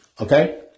Okay